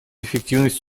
эффективность